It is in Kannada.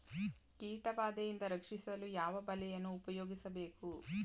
ಕೀಟಬಾದೆಯಿಂದ ರಕ್ಷಿಸಲು ಯಾವ ಬಲೆಯನ್ನು ಉಪಯೋಗಿಸಬೇಕು?